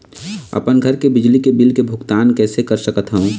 अपन घर के बिजली के बिल के भुगतान कैसे कर सकत हव?